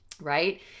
right